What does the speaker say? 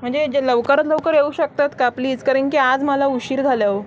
म्हणजे लवकरात लवकर येऊ शकतात का प्लीज कारण की आज मला उशीर झाला आहे ओ